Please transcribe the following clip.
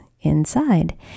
inside